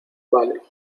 vale